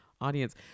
audience